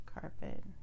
carpet